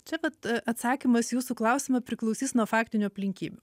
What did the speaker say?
čia vat atsakymas į jūsų klausimą priklausys nuo faktinių aplinkybių